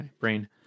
brain